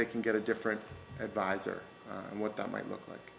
they can get a different advisor what that might look like